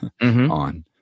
on